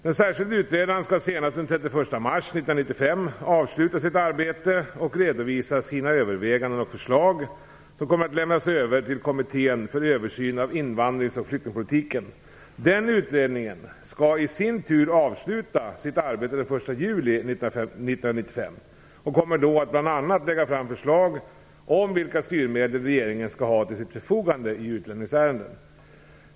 Den särskilde utredaren skall senast den 31 mars 1995 avsluta sitt arbete och redovisa sina överväganden och förslag, som kommer att lämnas över till kommittén för översyn av invandrings och flyktingpolitiken. Den utredningen skall i sin tur avsluta sitt arbete den 1 juli 1995 och kommer då att bl.a. lägga fram förslag om vilka styrmedel som regeringen skall ha till sitt förfogande i utlänningsärenden.